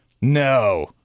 No